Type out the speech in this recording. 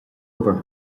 obair